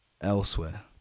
elsewhere